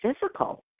physical